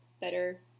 better